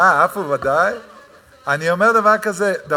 מר אייכלר, גם